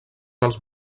els